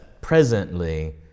presently